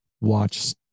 Watch